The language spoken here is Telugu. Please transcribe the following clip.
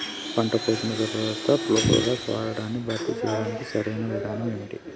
పంట కోసిన తర్వాత ప్రోక్లోరాక్స్ వాడకాన్ని భర్తీ చేయడానికి సరియైన విధానం ఏమిటి?